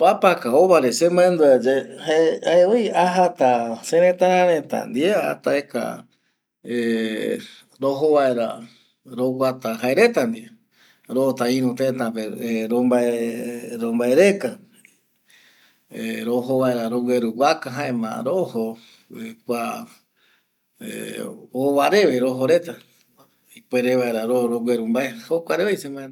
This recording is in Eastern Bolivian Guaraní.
Papaka ova re semandua ye jae voi ajata sereta reta ndie ata aeka rojo vaera roguata jae reta ndie rota iru teta romba rueka rojo vaera rogüeru waka jaema rojo kua ova reve rojoreta ipuere vaera rogüeru mbae.